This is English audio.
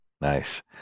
nice